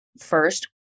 First